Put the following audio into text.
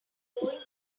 going